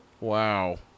Wow